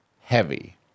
heavy